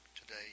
today